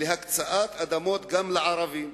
הקצאת אדמות גם לערבים.